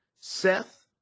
Seth